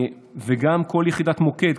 וגם כל יחידת מוקד.